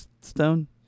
stone